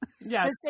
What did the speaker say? Yes